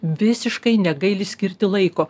visiškai negaili skirti laiko